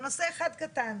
בנושא אחד קטן,